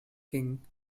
king